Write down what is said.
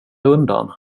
undan